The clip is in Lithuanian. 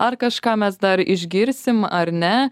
ar kažką mes dar išgirsim ar ne